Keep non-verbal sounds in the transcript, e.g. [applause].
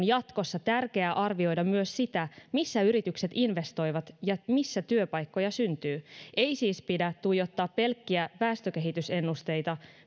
[unintelligible] jatkossa tärkeää arvioida myös sitä missä yritykset investoivat ja missä työpaikkoja syntyy ei siis pidä tuijottaa pelkkiä väestökehitysennusteita